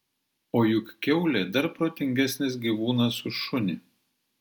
o juk kiaulė dar protingesnis gyvūnas už šunį